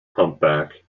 humpback